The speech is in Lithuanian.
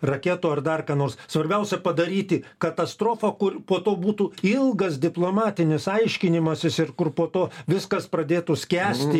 raketų ar dar ką nors svarbiausia padaryti katastrofą kur po to būtų ilgas diplomatinis aiškinimasis ir kur po to viskas pradėtų skęsti